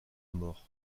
mort